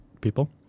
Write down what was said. people